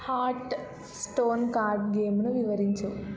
heart stone card గేమ్ను వివరించు